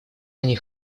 они